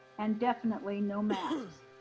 and definitely no masks.